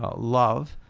ah love